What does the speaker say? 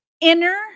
inner